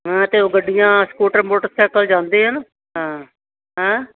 ਹਾਂ ਅਤੇ ਉਹ ਗੱਡੀਆਂ ਸਕੂਟਰ ਮੋਟਰਸਾਇਕਲ ਜਾਂਦੇ ਆ ਨਾ ਹਾਂ ਹੈਂ